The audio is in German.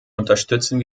unterstützen